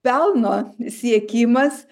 pelno siekimas